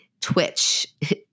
twitch